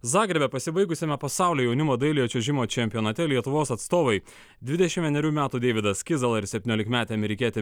zagrebe pasibaigusiame pasaulio jaunimo dailiojo čiuožimo čempionate lietuvos atstovai dvidešim vienerių metų deividas kizala ir septyniolikmetė amerikietė